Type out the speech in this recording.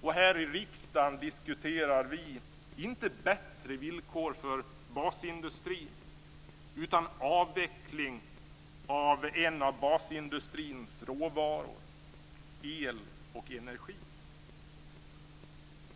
Och här i riksdagen diskuterar vi inte bättre villkor för basindustrin utan avveckling av en av basindustrins råvaror